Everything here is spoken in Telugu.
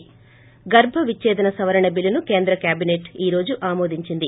ి గర్భ విచ్చేదన సవరణ బిల్లును కేంద్ర కేబిసెట్ ఈ రోజు ఆమోదించింది